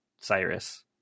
Cyrus